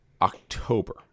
October